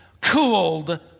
cooled